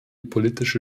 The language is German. politische